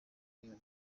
inkuru